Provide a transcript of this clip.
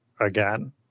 again